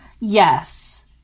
Yes